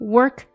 Work